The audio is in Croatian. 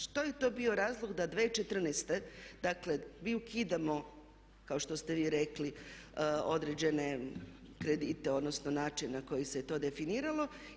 Što je to bio razlog da 2014., dakle mi ukidamo kao što ste vi rekli određene kredite, odnosno način na koji se to definiralo.